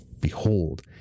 Behold